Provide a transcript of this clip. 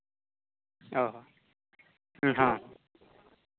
ᱚ ᱦᱚᱸ